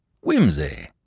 Whimsy